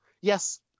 Yes